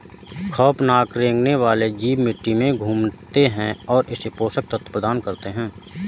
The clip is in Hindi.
खौफनाक रेंगने वाले जीव मिट्टी में घूमते है और इसे पोषक तत्व प्रदान करते है